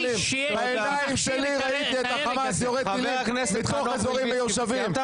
בעיניים שלי ראיתי את החמאס יורה טילים מתוך אזורים מיושבים.